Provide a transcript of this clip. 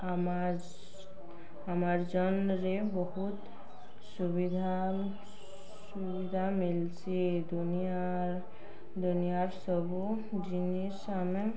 ଆମର୍ ଆମାର୍ ଜନ୍ରେ ବହୁତ୍ ସୁବିଧା ସୁବିଧା ମିଲ୍ସି ଦୁନିଆର୍ ଦୁନିଆର୍ ସବୁ ଜିନିଷ୍ ଆମେ